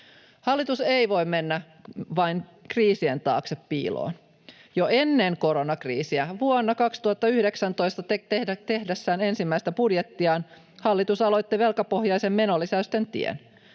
Hallitus ei voi mennä vain kriisien taakse piiloon. Jo ennen koronakriisiä vuonna 2019 ensimmäistä budjettiaan tehdessään hallitus aloitti velkapohjaisen menolisäysten tien.